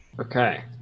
Okay